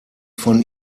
von